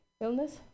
illness